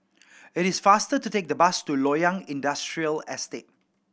it is faster to take the bus to Loyang Industrial Estate